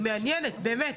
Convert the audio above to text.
היא מעניינת באמת,